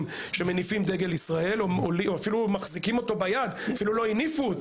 שמניפים דגל ישראל או אפילו מחזיקים אותו ביד לעומת